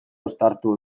uztartu